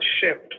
shift